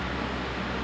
she likes like